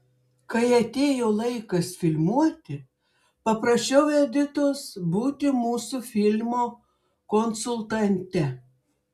kai atėjo laikas filmuoti paprašiau editos būti mūsų filmo konsultante